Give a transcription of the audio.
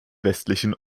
westlichen